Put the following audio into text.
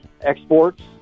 exports